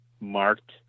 marked